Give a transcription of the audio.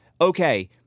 okay